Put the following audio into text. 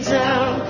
down